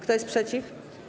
Kto jest przeciw?